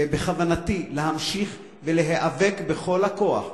בכוונתי להמשיך ולהיאבק בכל הכוח.